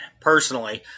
Personally